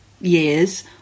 years